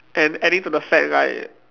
and adding to the fact like